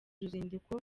ruzinduko